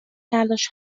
تلاش